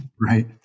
right